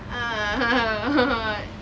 err